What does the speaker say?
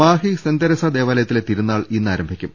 Mahe Saint Teresa ദേവാലയത്തിലെ തിരുനാൾ ഇന്ന് ആരംഭിക്കും